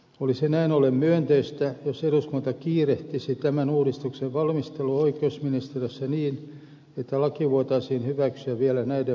olisi näin ollen myönteistä jos eduskunta kiirehtisi tämän uudistuksen valmistelua oikeusministeriössä niin että laki voitaisiin hyväksyä vielä näiden valtiopäivien aikana